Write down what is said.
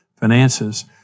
finances